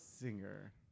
singer